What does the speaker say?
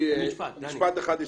משפט אחד.